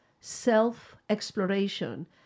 self-exploration